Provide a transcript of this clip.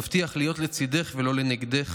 מבטיח להיות לצידך ולא לנגדך,